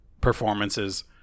performances